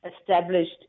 established